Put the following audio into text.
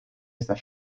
estas